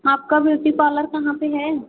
आपका beauty parlour कहाँ पर है